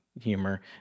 humor